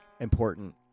important